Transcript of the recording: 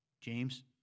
James